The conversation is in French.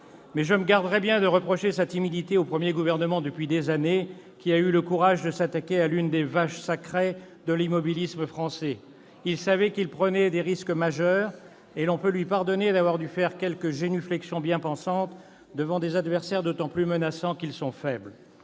Mais je me garderai bien de reprocher sa timidité au premier gouvernement qui aura eu le courage de s'attaquer à l'une des vaches sacrées de l'immobilisme français. Il savait qu'il prenait des risques majeurs. Et l'on peut lui pardonner d'avoir dû faire quelques génuflexions bien-pensantes devant des adversaires d'autant plus menaçants qu'ils sont faibles.